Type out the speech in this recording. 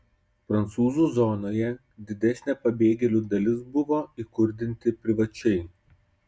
prancūzų zonoje didesnė pabėgėlių dalis buvo įkurdinti privačiai